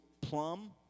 plum